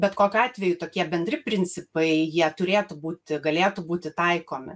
bet kokiu atveju tokie bendri principai jie turėtų būti galėtų būti taikomi